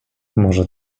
może